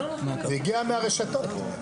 זה הגיע מהרשתות.